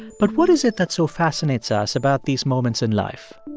but what is it that so fascinates us about these moments in life?